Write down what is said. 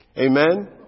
Amen